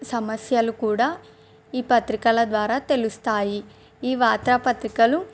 సమస్యలు కూడా ఈ పత్రికల ద్వారా తెలుస్తాయి ఈ వార్తా పత్రికలు